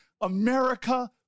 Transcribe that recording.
America